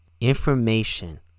Information